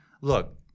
Look